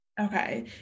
Okay